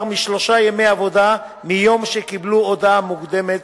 משלושה ימי עבודה מיום שקיבלו הודעה מוקדמת